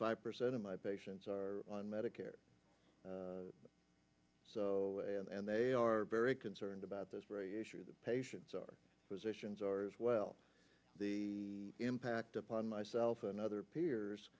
five percent of my patients are on medicare so and they are very concerned about this issue that patients are physicians are as well the impact upon myself and other payers